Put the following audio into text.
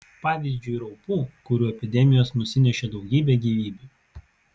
pavyzdžiui raupų kurių epidemijos nusinešė daugybę gyvybių